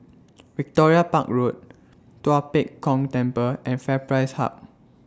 Victoria Park Road Tua Pek Kong Temple and FairPrice Hub